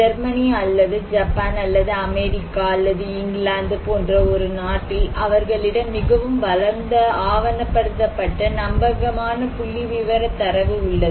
Germany அல்லது Japan அல்லது America அல்லது இங்கிலாந்து போன்ற ஒரு நாட்டில் அவர்களிடம் மிகவும் வளர்ந்த ஆவணப்படுத்தப்பட்ட நம்பகமான புள்ளிவிவரத் தரவு உள்ளது